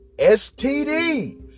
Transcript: STDs